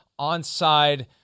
onside